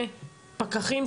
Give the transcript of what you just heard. קודם כל,